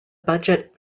budget